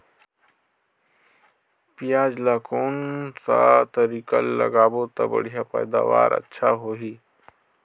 पियाज ला कोन सा तरीका ले लगाबो ता बढ़िया पैदावार अच्छा होही?